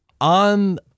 on